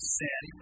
sin